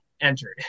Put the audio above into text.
entered